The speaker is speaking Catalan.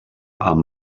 amb